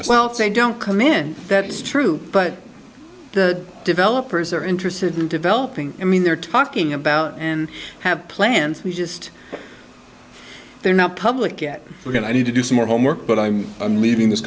for well if they don't come in that's true but the developers are interested in developing i mean they're talking about and have plans we just they're not public yet we're going to need to do some more homework but i'm leaving this